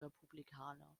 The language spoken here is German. republikaner